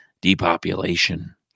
depopulation